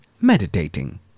meditating